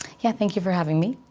yeah, thank you for having me.